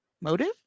motive